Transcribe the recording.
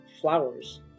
flowers